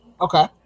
Okay